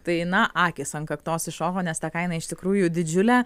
tai na akys ant kaktos iššoko nes ta kaina iš tikrųjų didžiulė